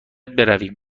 برویم